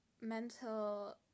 mental